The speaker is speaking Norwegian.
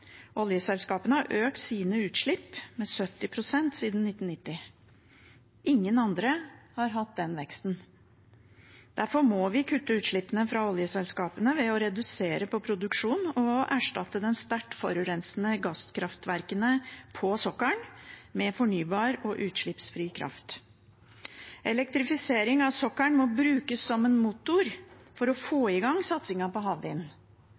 Oljeselskapene har økt sine utslipp med 70 pst. siden 1990. Ingen andre har hatt den veksten. Derfor må vi kutte utslippene fra oljeselskapene ved å redusere på produksjonen og erstatte de sterkt forurensende gasskraftverkene på sokkelen med fornybar og utslippsfri kraft. Elektrifisering av sokkelen må brukes som en motor for å få i gang satsingen på havvind,